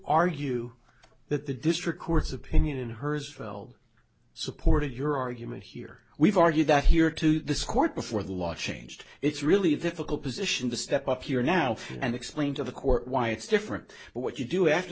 argue that the district court's opinion herzfeld supported your argument here we've argued that here to this court before the law changed it's really difficult position to step up here now and explain to the court why it's different but what you do after